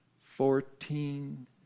fourteen